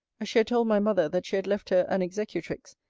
she had told my mother that she had left her an executrix,